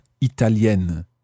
italienne